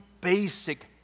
basic